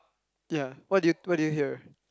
yeah what do you what do you hear